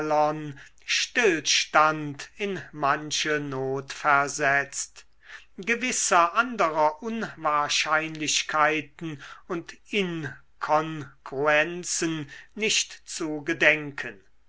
stand in manche not versetzt gewisser anderer unwahrscheinlichkeiten und inkongruenzen nicht zu gedenken